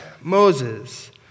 Moses